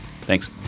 Thanks